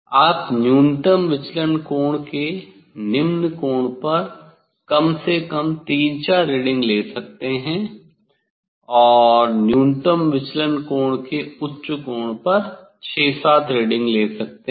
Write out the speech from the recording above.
आप न्यूनतम विचलन कोण के निम्न कोण पर कम से कम 3 4 रीडिंग ले सकते हैं और न्यूनतम विचलन कोण के उच्च कोण पर 6 7 रीडिंग ले सकते हैं